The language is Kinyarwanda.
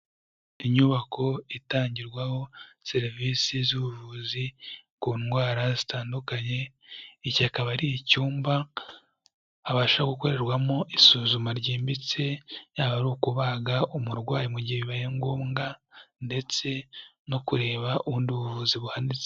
Inyubako itangirwaho serivisi z'ubuvuzi ku ndwara zitandukanye, iki akaba ari icyumba habasha gukorerwamo isuzuma ryimbitse, yaba ari ukubaga umurwayi mu gihe bibaye ngombwa, ndetse no kureba ubundi buvuzi buhanitse.